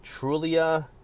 Trulia